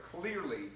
clearly